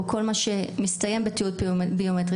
או כל מה שמסתיים בתיעוד ביומטרי.